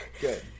good